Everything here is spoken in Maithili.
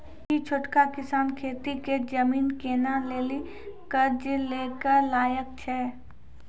कि छोटका किसान खेती के जमीन किनै लेली कर्जा लै के लायक छै?